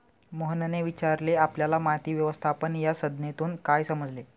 मोहनने विचारले आपल्याला माती व्यवस्थापन या संज्ञेतून काय समजले?